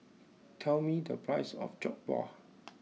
tell me the price of Jokbal